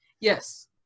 Yes